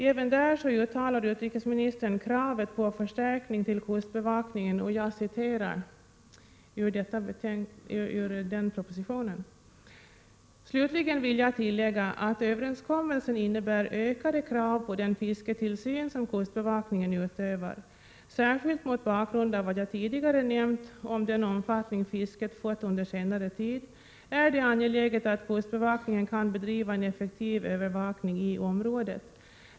Även där uttalar utrikesministern kravet på förstärkning till kustbevakningen: ”Slutligen vill jag tillägga att överenskommelsen innebär ökade krav på den fisketillsyn som kustbevakningen utövar. Särskilt mot bakgrund av vad jag tidigare nämnt om den omfattning fisket fått under senare tid är det angeläget att kustbevakningen kan bedriva en effektiv övervakning i området.